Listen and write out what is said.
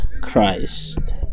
Christ